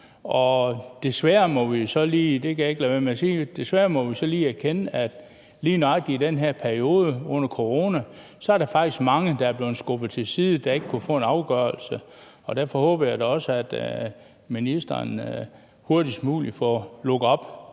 være med at sige – at lige nøjagtig i den her periode under corona er der faktisk mange, der er blevet skubbet til side, og som ikke har kunnet få en afgørelse. Derfor håber jeg da også, at ministeren hurtigst muligt igen får lukket op